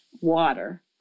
water